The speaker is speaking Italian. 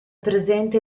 presente